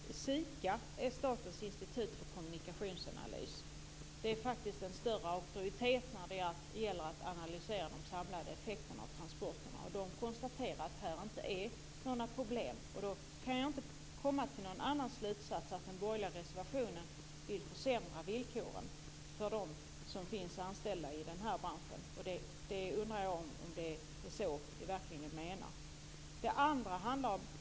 Fru talman! Jag konstaterar att SIKA är statens institut för kommunikationsanalys. Det är faktiskt en större auktoritet när det gäller att analysera de samlade effekterna av transporterna. SIKA konstaterar att det inte finns några problem, och då kan jag inte komma till någon annan slutsats än att den borgerliga reservationen innebär försämrade villkor för de anställda i denna bransch. Är det verkligen det man menar?